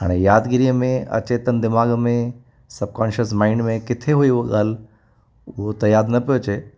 हाणे यादगिरीअ में अचेतन दिमाग में सबकॉनिशियस माइंड में किथे हुई उहा ॻाल्हि हू त यादि न पियो अचे